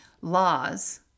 laws